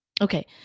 okay